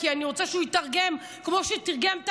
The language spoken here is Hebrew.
כי אני רוצה שהוא יתרגם כמו שהוא תרגם